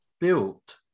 built